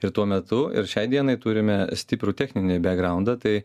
ir tuo metu ir šiai dienai turime stiprų techninį bekgraundą tai